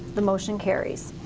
the motion carries.